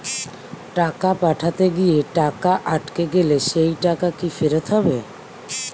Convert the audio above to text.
টাকা পাঠাতে গিয়ে টাকা আটকে গেলে সেই টাকা কি ফেরত হবে?